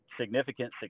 significant